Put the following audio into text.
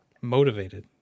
motivated